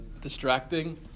distracting